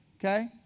okay